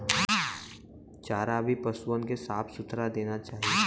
चारा भी पसुअन के साफ सुथरा देना चाही